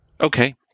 okay